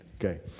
okay